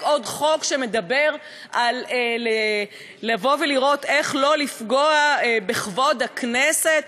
עוד חוק שמדבר על לבוא ולראות איך לא לפגוע בכבוד הכנסת?